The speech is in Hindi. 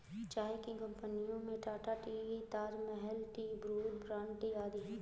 चाय की कंपनियों में Tata tea, Taj Mahal tea, Brooke Bond tea आदि है